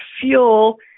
fuel